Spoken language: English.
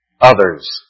others